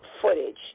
footage